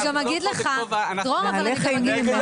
אני גם אגיד לך --- מהלך אימים.